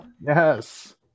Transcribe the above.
yes